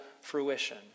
fruition